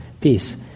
peace